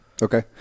Okay